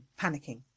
panicking